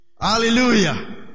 Hallelujah